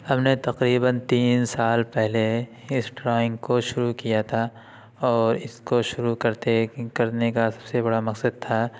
ہم نے تقریباً تین سال پہلے اس ڈرائنگ کو شروع کیا تھا اور اس کو شروع کرتے کرنے کا سب سے بڑا مقصد تھا